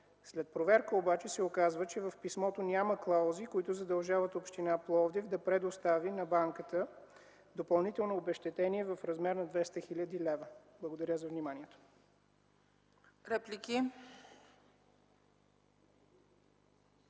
След проверка обаче се оказва, че в писмото няма клаузи, които задължават община Пловдив да предостави на Банката допълнително обезщетение в размер на 200 хил. лева. Благодаря за вниманието.